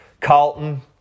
Carlton